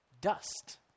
dust